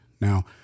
Now